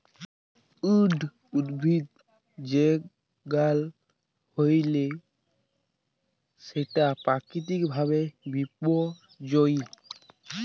weed উদ্ভিদের যগাল হ্যইলে সেট পাকিতিক ভাবে বিপর্যয়ী